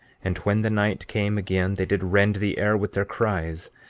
and when the night came again they did rend the air with their cries,